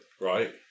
Right